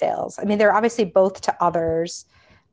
sales i mean they're obviously both to others